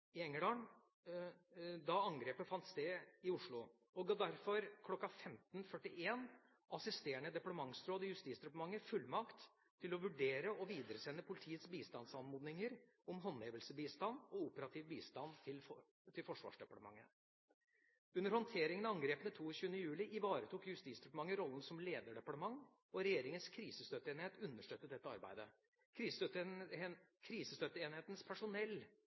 – da angrepet fant sted i Oslo, og ga derfor kl. 15.41 assisterende departementsråd i Justisdepartementet fullmakt til å vurdere og videresende politiets bistandsanmodninger om håndhevelsesbistand og operativ bistand til Forsvarsdepartementet. Under håndteringen av angrepene 22. juli ivaretok Justisdepartementet rollen som lederdepartement, og regjeringas krisestøtteenhet understøttet dette arbeidet. Krisestøtteenhetens personell